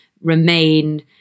remain